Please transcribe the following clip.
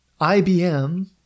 IBM